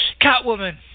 Catwoman